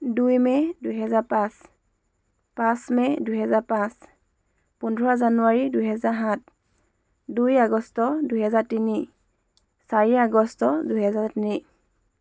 দুই মে' দুহেজাৰ পাঁচ পাঁচ মে' দুহেজাৰ পাঁচ পোন্ধৰ জানুৱাৰী দুহেজাৰ সাত দুই আগষ্ট দুহেজাৰ তিনি চাৰি আগষ্ট দুহেজাৰ তিনি